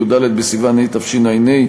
י"ד בסיוון התשע"ה,